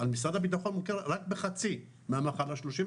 משרד הביטחון מכיר רק בחצי 35%,